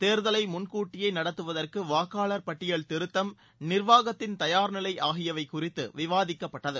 தோதலை முன்கூட்டியே நடத்துவதற்கு வாக்காளர் பட்டியல் திருத்தம் நிர்வாகத்தின் தயார்நிலை ஆகியவவை குறித்து விவாதிக்கப்பட்டது